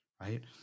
right